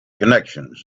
connections